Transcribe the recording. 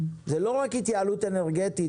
זה לא רק התייעלות אנרגטית,